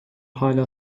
hala